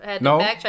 No